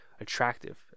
attractive